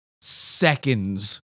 seconds